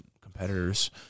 competitors